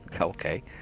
Okay